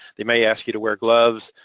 they may ask you to wear gloves,